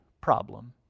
problem